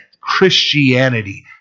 Christianity